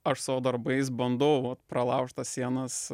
aš savo darbais bandau pralaužt tas sienas